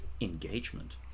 engagement